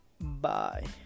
Bye